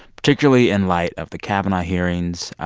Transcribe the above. particularly in light of the kavanaugh hearings,